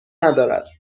ندارد